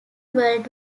world